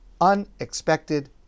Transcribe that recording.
unexpected